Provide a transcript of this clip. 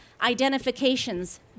identifications